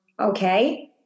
okay